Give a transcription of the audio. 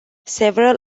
several